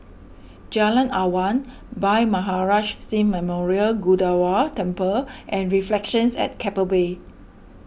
Jalan Awan Bhai Maharaj Singh Memorial Gurdwara Temple and Reflections at Keppel Bay